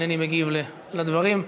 אינני מגיב על הדברים.